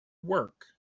work